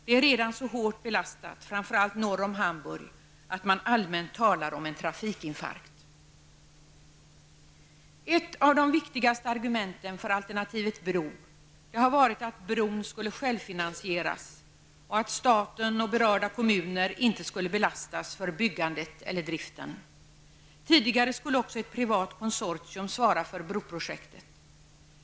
Det är redan så hårt belastat, framför allt norr om Hamburg, att man allmänt talar om en trafikinfarkt. Ett av de viktigaste argumenten för alternativet bro har varit att bron skulle självfinasieras och att staten och berörda kommuner inte skulle belastas genom byggandet och driften. Tidigare skulle också ett privat konsortium svara för broprojektet.